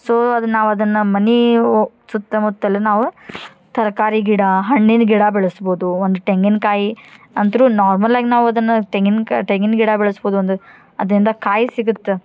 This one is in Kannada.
ಸೊ ಅದನ್ನು ನಾವು ಅದನ್ನು ಮನೆ ಓ ಸುತ್ತಮುತ್ತಲು ನಾವು ತರಕಾರಿ ಗಿಡ ಹಣ್ಣಿನ ಗಿಡ ಬೆಳೆಸ್ಬೋದು ಒಂದು ತೆಂಗಿನ್ಕಾಯಿ ಅಂತೂ ನಾರ್ಮಲ್ಲಾಗಿ ನಾವು ಅದನ್ನು ತೆಂಗಿನ್ಕಾಯಿ ತೆಂಗಿನ ಗಿಡ ಬೆಳೆಸ್ಬೋದು ಒಂದು ಅದರಿಂದ ಕಾಯಿ ಸಿಗತ್ತೆ